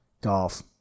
Golf